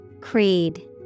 Creed